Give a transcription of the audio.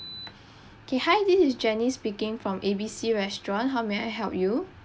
okay hi this is janice speaking from A B C restaurant how may I help you